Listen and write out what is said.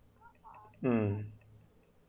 um